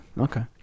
okay